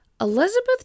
Elizabeth